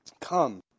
Come